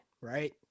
right